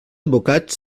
advocats